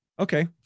Okay